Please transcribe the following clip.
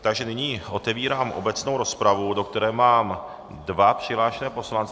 Takže nyní otevírám obecnou rozpravu, do které mám dva přihlášené poslance.